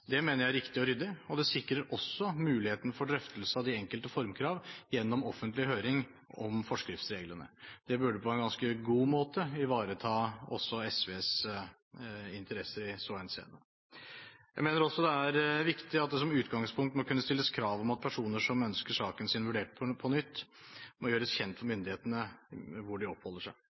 Det mener jeg er riktig og ryddig, og det sikrer også mulighet for drøftelse av de enkelte formkrav gjennom offentlig høring om forskriftsreglene. Det burde på en ganske god måte ivareta også SVs interesser i så henseende. Jeg mener også det er viktig at det som utgangspunkt må kunne stilles krav om at personer som ønsker saken sin vurdert på nytt, må gjøre kjent for myndighetene hvor de oppholder seg.